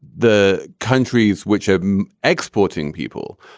the countries which are exporting people.